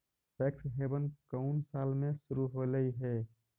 Tax haven कउन साल में शुरू होलई हे?